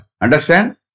Understand